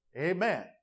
Amen